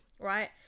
right